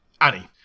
Annie